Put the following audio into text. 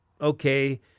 okay